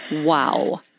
Wow